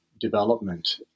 development